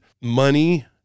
money